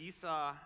Esau